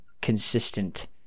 consistent